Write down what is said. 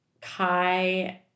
Kai